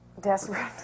desperate